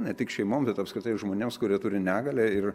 ne tik šeimoms bet apskritai žmonėms kurie turi negalią ir